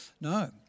No